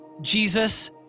Jesus